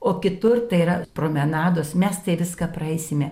o kitur tai yra promenados mes tai viską praeisime